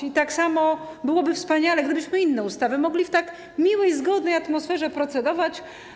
I tak samo byłoby wspaniale, gdybyśmy inne ustawy mogli w tak miłej i zgodnej atmosferze procedować.